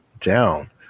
down